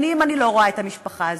שנים אני לא רואה את המשפחה הזאת.